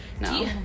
No